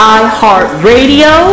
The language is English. iHeartRadio